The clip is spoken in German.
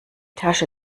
tasche